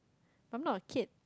I'm not a kid